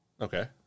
Okay